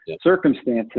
circumstances